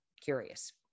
curious